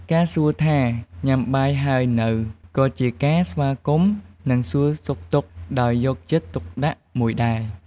ការសួរថា “ញ៉ាំបាយហើយនៅ?” ក៏ជាការស្វាគមន៍ និងសួរសុខទុក្ខដោយយកចិត្តទុកដាក់មួយដែរ។